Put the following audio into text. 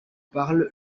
parle